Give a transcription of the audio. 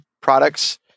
products